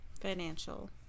financial